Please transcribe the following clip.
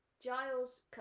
Giles